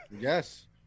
yes